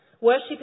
worship